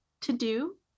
to-do